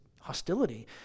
hostility